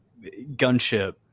Gunship